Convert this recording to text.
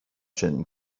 چنین